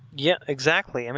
yeah, exactly. and